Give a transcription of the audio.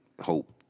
hope